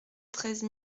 treize